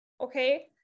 okay